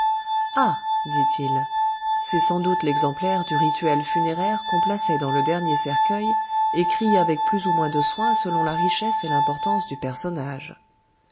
ah dit-il c'est sans doute l'exemplaire du rituel funéraire qu'on plaçait dans le dernier cercueil écrit avec plus ou moins de soin selon la richesse et l'importance du personnage